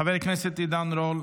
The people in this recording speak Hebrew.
חבר הכנסת עידן רול,